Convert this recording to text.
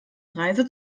reise